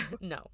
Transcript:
No